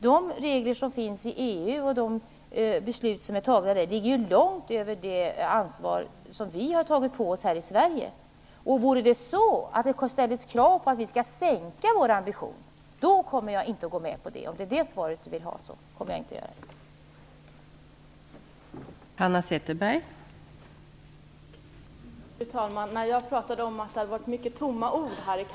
De regler som finns i EU och de beslut som är fattade där ligger ju långt över det ansvar som vi har tagit på oss i Sverige. Vore det så att det ställdes krav på att vi skall sänka vår ambition kommer jag inte att gå med på det. Om det är det svaret som Hanna Zetterberg vill ha kan jag säga att jag inte kommer att göra det.